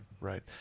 Right